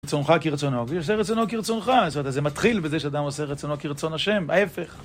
רצונך כרצונו, ויעשה רצונו כרצונך, זאת אומרת, זה מתחיל בזה שאדם עושה רצונו כרצון השם, ההפך.